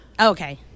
Okay